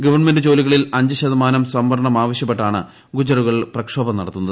government ജോലികളിൽ അഞ്ച് ശതമാനം സംവരണം ആവശ്യപ്പെട്ടാണ് ഗുജറുകൾ പ്രക്ഷോഭം നടത്തുന്നത്